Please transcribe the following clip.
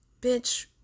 Bitch